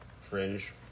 fringe